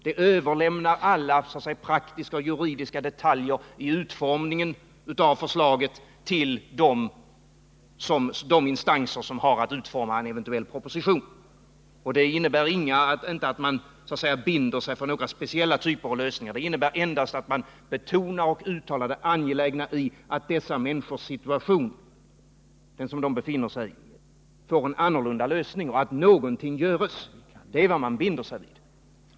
Det överlämnar alla praktiska och juridiska detaljer i utformningen av förslaget till de instanser som har att utforma en eventuell proposition. Och det innebär inte att man binder sig för några speciella typer av lösningar. Det innebär endast att man betonar och uttalar det angelägna i att den situation som dessa människor befinner sig i får en annorlunda lösning och att någonting görs. Det är vad man binder sig för.